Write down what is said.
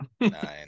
Nine